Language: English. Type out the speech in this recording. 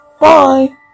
Bye